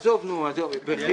עזוב, נו, בחיאת.